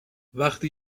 وقتی